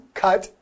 cut